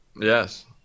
Yes